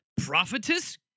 Prophetess